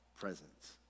presence